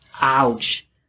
Ouch